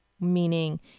meaning